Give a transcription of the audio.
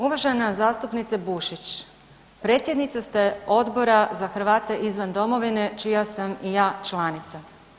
Uvažena zastupnice Bušić, predsjednica ste Odbora za Hrvate izvan Domovine čija sam i ja članica.